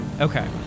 Okay